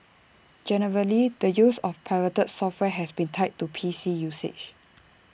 generally the use of pirated software has been tied to P C usage